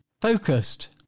focused